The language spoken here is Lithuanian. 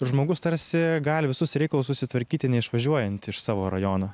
žmogus tarsi gali visus reikalus susitvarkyti neišvažiuojant iš savo rajono